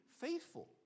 faithful